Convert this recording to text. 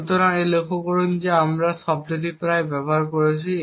তাই লক্ষ্য করুন যে আমরা শব্দটি প্রায় ব্যবহার করেছি